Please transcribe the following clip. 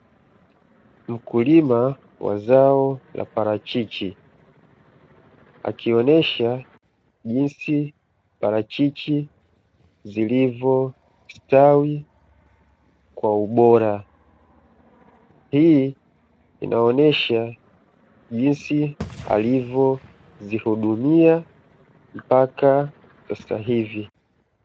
Mkulima wa zao la parachichi akionyesha jinsi parachichi zilivuostawi kwa ubora